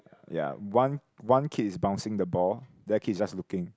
ya one one kid is bouncing the ball the other kid is just looking